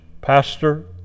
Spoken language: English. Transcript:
Pastor